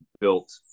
built